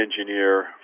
engineer